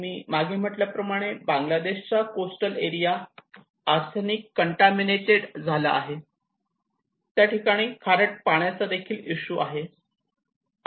मी मागे म्हटल्याप्रमाणे बांगलादेश चा कोस्टल एरिया आर्सेनिक मुळे कंटामिनिटऍड झाला आहे त्या ठिकाणी खारट पाण्याचा देखील इशू आहे